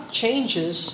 changes